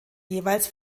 jeweils